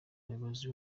umuyobozi